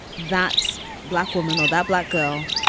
that's black woman or that black girl.